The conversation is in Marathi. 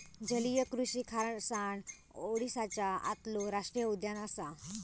जलीय कृषि खारसाण ओडीसाच्या आतलो राष्टीय उद्यान असा